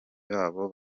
babo